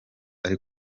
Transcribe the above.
ari